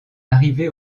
arrivée